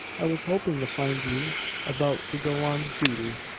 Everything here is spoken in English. i was hoping to find you about to go on duty.